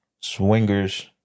swingers